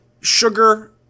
sugar